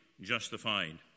justified